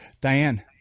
Diane